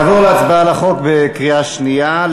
נעבור להצבעה על החוק בקריאה שנייה.